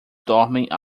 dormem